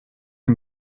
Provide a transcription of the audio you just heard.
sie